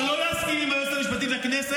מותר לא להסכים עם היועצת המשפטית לכנסת,